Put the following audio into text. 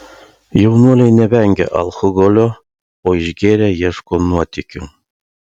jaunuoliai nevengia alkoholio o išgėrę ieško nuotykių